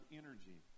energy